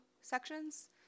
sections